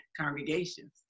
congregations